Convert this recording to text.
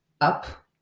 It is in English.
up